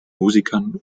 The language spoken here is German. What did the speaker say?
musikern